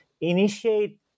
initiate